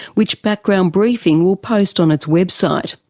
which background briefing will post on its website.